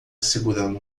segurando